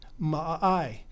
Ma'ai